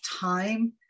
time